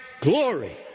glory